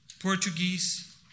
Portuguese